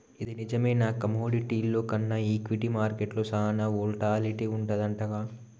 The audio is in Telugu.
ఇది నిజమేనా కమోడిటీల్లో కన్నా ఈక్విటీ మార్కెట్లో సాన వోల్టాలిటీ వుంటదంటగా